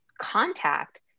contact